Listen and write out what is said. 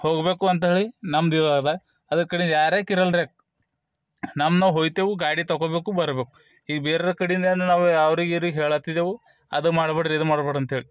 ಹೋಗಬೇಕು ಅಂತೇಳಿ ನಮ್ದು ಇದು ಅದ ಅದರ ಕಡಿಂದ ಯಾರೇ ಕಿರರ್ಲಿ ನಮ್ಮ ನಾವು ಹೊಯ್ತೆವು ಗಾಡಿ ತೊಗೋಬೇಕು ಬರಬೇಕು ಈ ಬೇರ್ರೇರ ಕಡಿಂದ ಏನು ನಾವು ಅವ್ರಿಗೆ ಇವ್ರಿಗೆ ಹೇಳತ್ತಿದೆವು ಅದು ಮಾಡ್ಬೇಡಿ ಇದು ಮಾಡಬೇಡ್ರಿ ಅಂತೇಳಿ